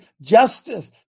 Justice